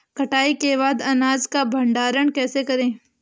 कटाई के बाद अनाज का भंडारण कैसे करें?